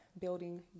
building